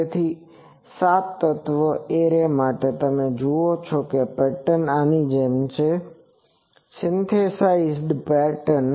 તેથી સાત તત્વના એરે માટે તમે જુઓ કે પેટર્ન આની જેમ છે સિન્થેસાઇઝ્ડ પેટર્ન